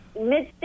mid